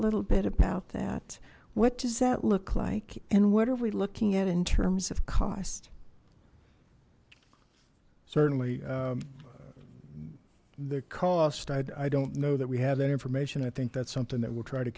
little bit about that what does that look like and what are we looking at in terms of cost certainly the cost i don't know that we have that information i think that's something that will try to